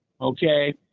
Okay